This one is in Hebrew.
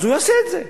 אז הוא יעשה את זה.